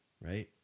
right